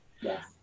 yes